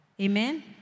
Amen